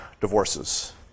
divorces